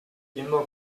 immer